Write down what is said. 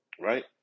right